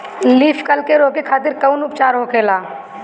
Leaf curl के रोके खातिर कउन उपचार होखेला?